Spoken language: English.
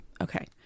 Okay